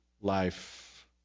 life